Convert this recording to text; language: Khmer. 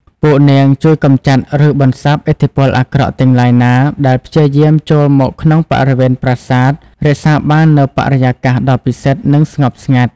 ពួកនាងជួយកម្ចាត់ ឬបន្សាបឥទ្ធិពលអាក្រក់ទាំងឡាយណាដែលព្យាយាមចូលមកក្នុងបរិវេណប្រាសាទ រក្សាបាននូវបរិយាកាសដ៏ពិសិដ្ឋ និងស្ងប់ស្ងាត់។